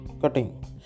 cutting